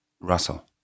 Russell